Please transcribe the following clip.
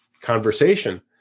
conversation